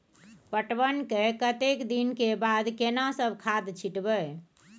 पटवन के कतेक दिन के बाद केना सब खाद छिटबै?